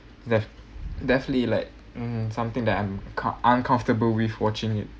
def~ definitely like mm something that I'm co~ uncomfortable with watching it